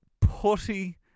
Putty